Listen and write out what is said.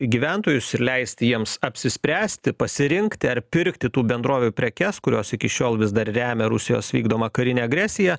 gyventojus ir leisti jiems apsispręsti pasirinkti ar pirkti tų bendrovių prekes kurios iki šiol vis dar remia rusijos vykdomą karinę agresiją